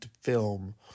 film